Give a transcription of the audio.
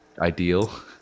ideal